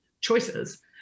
choices